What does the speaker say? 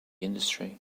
industry